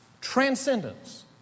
Transcendence